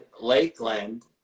Lakeland